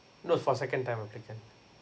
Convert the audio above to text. no for second time applicant